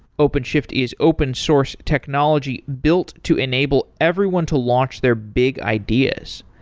openshift is open source technology built to enable everyone to launch their big ideas.